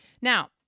now